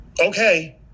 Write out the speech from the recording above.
Okay